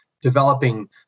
developing